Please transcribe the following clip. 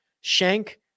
Shank